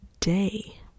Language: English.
day